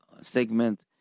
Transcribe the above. segment